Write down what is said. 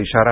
इशारा